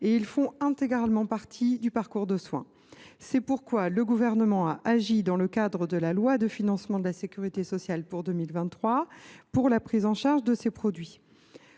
; ils font partie intégrante de leur parcours de soins. C’est pourquoi le Gouvernement a agi, dans le cadre de la loi de financement de la sécurité sociale pour 2023, en faveur de la prise en charge de ces produits.